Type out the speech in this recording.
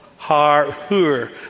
Harhur